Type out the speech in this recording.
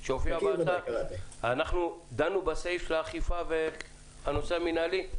אנחנו עוד לא דנו בסעיף של האכיפה והנושא המינהלי.